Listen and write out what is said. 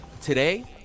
Today